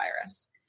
virus